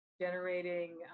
generating